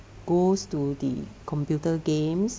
goes to the computer games